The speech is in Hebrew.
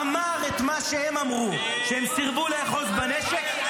אמר את מה שהם אמרו כשהם סירבו לאחוז בנשק,